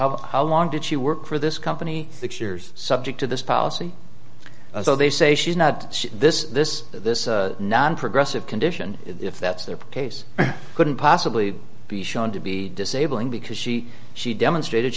how long did she work for this company six years subject to this policy so they say she's not this this this non progressive condition if that's their case couldn't possibly be shown to be disabling because she she demonstrated